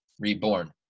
reborn